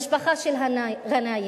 המשפחה של גנאים,